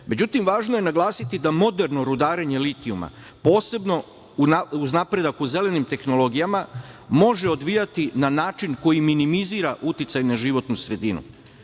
Međutim, važno je naglasiti da moderno rudarenje litijuma, posebno uz napredak u zelenim tehnologijama, može se odvijati na način koji minimizira uticaj na životnu sredinu. Izveštaj